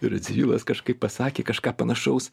ir radzivilas kažkaip pasakė kažką panašaus